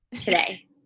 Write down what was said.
today